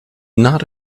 not